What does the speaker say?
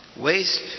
Waste